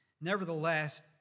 nevertheless